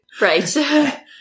Right